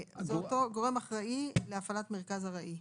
אותו גורם אחראי להפעלת מרכז ארעי.